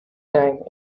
time